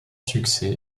succès